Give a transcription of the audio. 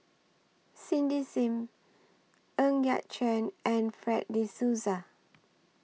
Cindy SIM Ng Yat Chuan and Fred De Souza